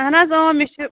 اہَن حظ مےٚ چھِ